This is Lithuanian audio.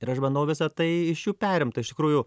ir aš bandau visa tai iš jų perimt tai iš tikrųjų